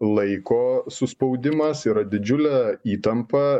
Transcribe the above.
laiko suspaudimas yra didžiulė įtampė